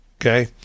okay